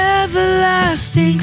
everlasting